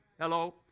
Hello